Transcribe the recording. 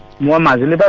one thousand